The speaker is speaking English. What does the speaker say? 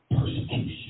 persecution